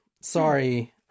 sorry